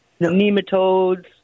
nematodes